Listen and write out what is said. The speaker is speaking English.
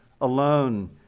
alone